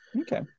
Okay